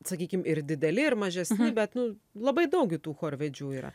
sakykim ir dideli ir mažesni bet nu labai daug gi tų chorvedžių yra